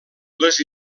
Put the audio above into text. les